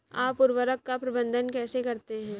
आप उर्वरक का प्रबंधन कैसे करते हैं?